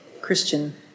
Christian